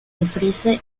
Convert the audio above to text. ofrece